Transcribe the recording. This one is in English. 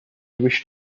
wish